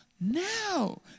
now